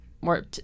more